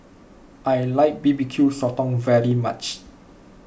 I like B B Q Sotong very much